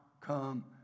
come